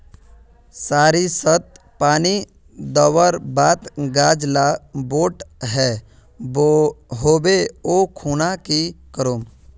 सरिसत पानी दवर बात गाज ला बोट है होबे ओ खुना की करूम?